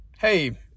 hey